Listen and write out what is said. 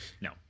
No